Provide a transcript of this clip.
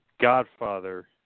godfather